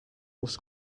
was